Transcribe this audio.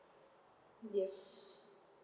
yes